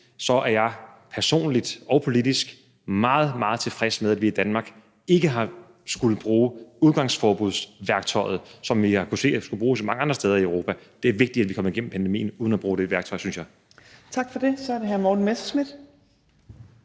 og jeg er personligt og politisk meget, meget tilfreds med, at vi i Danmark ikke har skullet bruge udgangsforbudsværktøjet, som vi har set skulle bruges mange andre steder i Europa. Det er vigtigt, at vi kommer igennem pandemien uden at bruge det værktøj, synes jeg. Kl. 15:46 Fjerde næstformand (Trine